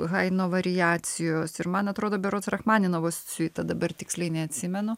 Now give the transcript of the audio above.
haidno variacijos ir man atrodo berods rachmaninovo siuita dabar tiksliai neatsimenu